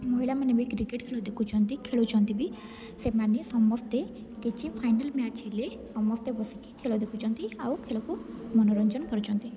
ମହିଳାମାନେ ବି କ୍ରିକେଟ୍ ଖେଳ ଦେଖୁଛନ୍ତି ଖେଳୁଛନ୍ତି ବି ସେମାନେ ସମସ୍ତେ କିଛି ଫାଇନାଲ୍ ମ୍ୟାଚ୍ ହେଲେ ସମସ୍ତେ ବସିକି ଖେଳ ଦେଖୁଛନ୍ତି ଆଉ ଖେଳକୁ ମନୋରଞ୍ଜନ କରୁଛନ୍ତି